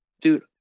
Dude